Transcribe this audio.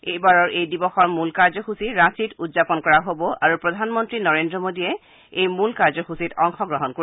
এইবাৰৰ এই দিৱসৰ মূল কাৰ্যসূচী ৰাঁচীত উদযাপন কৰা হ'ব আৰু প্ৰধানমন্তী নৰেন্দ্ৰ মোদীয়ে এই মূল কাৰ্যসূচীত অংশগ্ৰহণ কৰিব